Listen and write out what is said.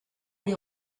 les